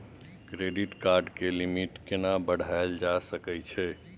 Credit card के limit केना बढायल जा सकै छै?